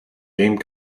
game